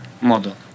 model